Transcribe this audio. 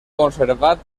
conservat